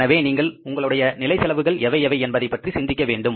எனவே நீங்கள் உங்களுடைய நிலை செலவுகள் எவை எவை என்பதை பற்றி சிந்திக்க வேண்டும்